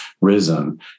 risen